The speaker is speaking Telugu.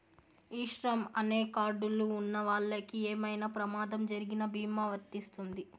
ఈ శ్రమ్ అనే కార్డ్ లు ఉన్నవాళ్ళకి ఏమైనా ప్రమాదం జరిగిన భీమా వర్తిస్తుంది